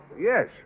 Yes